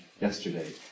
yesterday